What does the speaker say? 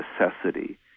necessity